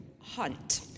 hunt